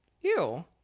Ew